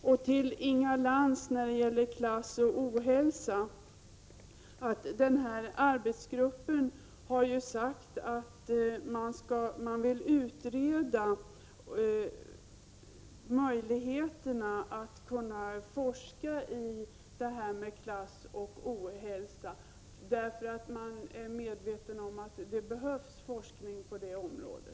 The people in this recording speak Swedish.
7 När det gäller klass och ohälsa vill jag säga till Inga Lantz att arbetsgruppen ju har sagt att man vill utreda möjligheterna att forska om klass och ohälsa, eftersom man är medveten om att det behövs forskning på det området.